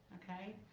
okay?